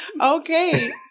Okay